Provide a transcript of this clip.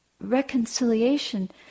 Reconciliation